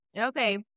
Okay